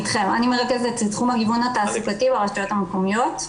תחום הגיוון התעסוקתי ברשויות המקומיות,